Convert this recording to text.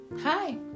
hi